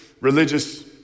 religious